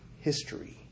history